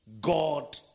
God